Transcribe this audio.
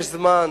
יש זמן,